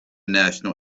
national